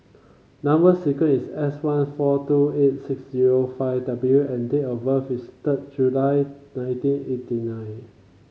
number sequence is S one four two eight six zero five W and date of birth is third July nineteen eighty nine